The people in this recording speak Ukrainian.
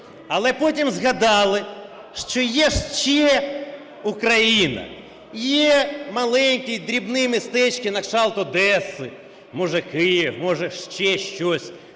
Але потім згадали, що є ще Україна. Є маленькі, дрібні містечка на кшталт Одеси, може, Київ, може ще щось